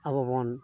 ᱟᱵᱚᱵᱚᱱ